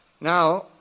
Now